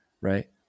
right